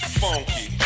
funky